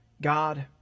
God